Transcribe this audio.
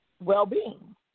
well-being